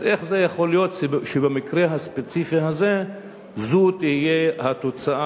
אז איך זה יכול להיות שבמקרה הספציפי הזה זאת תהיה התוצאה,